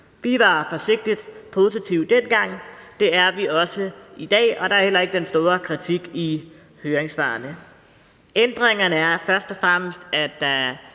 Vi var forsigtigt positive dengang – og det er vi også i dag, og der er heller ikke den store kritik i høringssvarene. Ændringerne er først og fremmest, at der